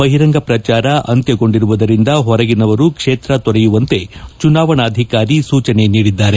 ಬಹಿರಂಗ ಪ್ರಚಾರ ಅಂತ್ಯಗೊಂಡಿರುವುದರಿಂದ ಹೊರಗಿನವರು ಕ್ಷೇತ್ರ ತೊರೆಯುವಂತೆ ಚುನಾವಣಾಧಿಕಾರಿ ಸೂಚನೆ ನೀಡಿದ್ದಾರೆ